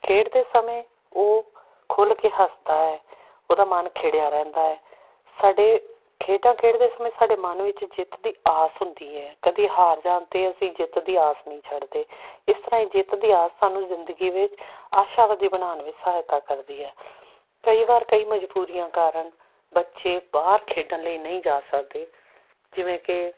ਖੇਡਦੇ ਸਮੇਂ ਉਹ ਖੁੱਲ੍ਹ ਕੇ ਹੱਸਦਾ ਹੈ ਉਹਦਾ ਮਨ ਖਿੜਿਆ ਰਹਿੰਦਾ ਹੈ ਸਾਡੇ ਖੇਡਾਂ ਖੇਡਦੇ ਸਮੇਂ ਸਾਡੇ ਮਨ ਵਿੱਚ ਜਿੱਤ ਦੀ ਆਸ ਹੁੰਦੀ ਹੈ ਕਦੇ ਹਾਰ ਜਾਣ 'ਤੇ ਅਸੀਂ ਜਿੱਤ ਦੀ ਆਸ ਨਹੀਂ ਛੱਡਦੇ ਇਸ ਤਰ੍ਹਾਂ ਇਹ ਜਿੱਤ ਦੀ ਆਸ ਸਾਨੂੰ ਜ਼ਿੰਦਗੀ ਵਿੱਚ ਆਸ਼ਾਵਾਦੀ ਬਣਾਉਣ ਵਿੱਚ ਸਹਾਇਤਾ ਕਰਦੀ ਹੈ ਕਈ ਵਾਰ ਕਈ ਮਜ਼ਬੂਰੀਆਂ ਕਾਰਨ ਬੱਚੇ ਬਾਹਰ ਖੇਡਣ ਲਈ ਨਹੀਂ ਜਾ ਸਕਦੇ ਜਿਵੇਂ ਕਿ